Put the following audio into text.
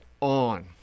on